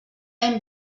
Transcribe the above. hem